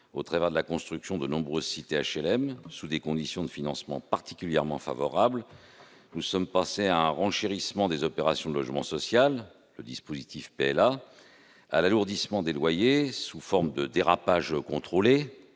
au travers de la construction de nombreuses cités HLM, sous des conditions de financement particulièrement favorables, nous soyons passés à un renchérissement des opérations de logement social, avec le dispositif des prêts locatifs aidés, et à l'alourdissement des loyers, sous forme de « dérapage contrôlé